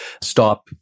stop